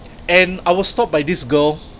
and I was stopped by this girl